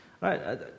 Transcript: Right